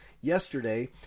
yesterday